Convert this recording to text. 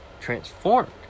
Transformed